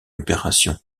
opération